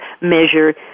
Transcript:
measure